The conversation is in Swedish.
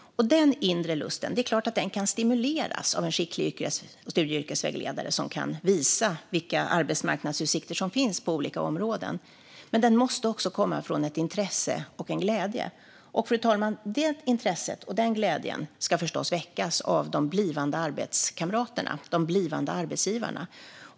Den inre lusten kan förstås stimuleras av en skicklig studie och yrkesvägledare som kan visa vilka arbetsmarknadsutsikter som finns på olika områden, men den måste också komma från ett intresse och en glädje. Och, fru talman, det intresset och den glädjen ska förstås väckas av de blivande arbetskamraterna och de blivande arbetsgivarna.